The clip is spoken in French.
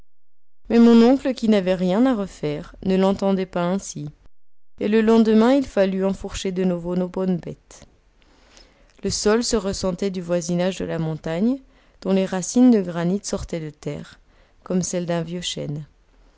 mais mon oncle qui n'avait rien à refaire ne l'entendait pas ainsi et le lendemain il fallut enfourcher de nouveau nos bonnes bêtes le sol se ressentait du voisinage de la montagne dont les racines de granit sortaient de terre comme celles d'un vieux chêne